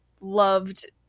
loved